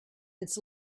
its